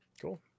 cool